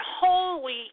holy